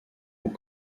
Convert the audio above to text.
aux